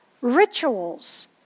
rituals